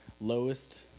Lowest